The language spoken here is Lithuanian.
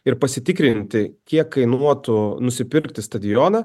ir pasitikrinti kiek kainuotų nusipirkti stadioną